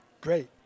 Great